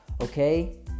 okay